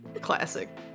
Classic